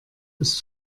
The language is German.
ist